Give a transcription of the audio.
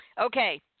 Okay